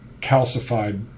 calcified